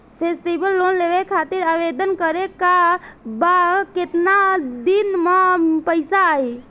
Festival loan लेवे खातिर आवेदन करे क बाद केतना दिन म पइसा आई?